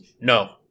No